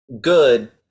good